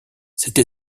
cette